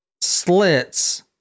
slits